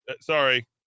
sorry